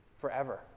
forever